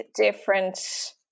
different